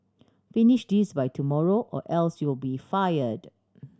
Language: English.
finish this by tomorrow or else you'll be fired